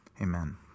Amen